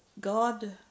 God